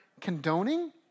condoning